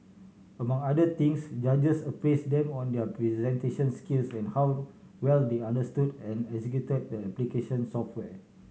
among other things judges appraised them on their presentation skills and how well they understood and executed the application software